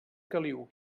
caliu